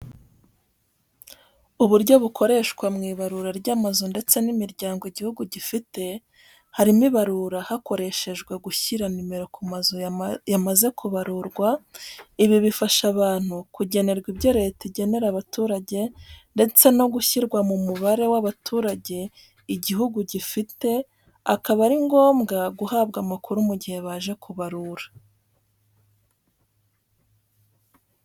Uburyo bukoreshwa mu ibarura ry’amazu ndetse n’imiryango igihugu gifite, harimo ibarura hakoreshejwe gushyira numero ku mazu yamajije kubarurwa ibi bifasha abantu kugenerwa ibyo leta igenera abaturage ndetse no gushyirwa mu mubare y'abaturage igihugu gifite akaba ari ngobwa guhabwa amakuru mu gihe baje kubarura.